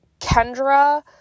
Kendra